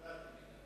תודה, אדוני.